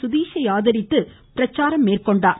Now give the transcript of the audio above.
சுதீஸை ஆதரித்து பிரச்சாரம் மேற்கொண்டார்